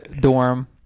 dorm